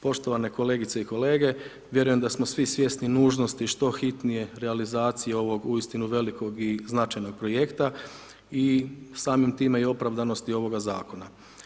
Poštovane kolegice i kolege, vjerujem da smo svi svjesni nužnosti što hitnije realizacije ovoga uistinu velikog i značajnog projekta i samim time i opravdanosti ovoga Zakona.